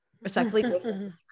respectfully